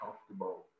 comfortable